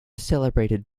celebrated